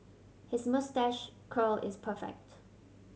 his moustache curl is perfect